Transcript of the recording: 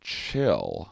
chill